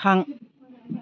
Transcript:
थां